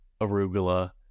arugula